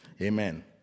Amen